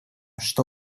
что